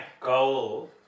goal